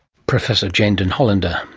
professor jane den hollander.